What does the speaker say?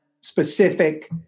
specific